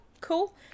Cool